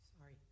Sorry